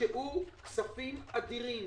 הושקעו כספים אדירים